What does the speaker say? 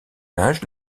âge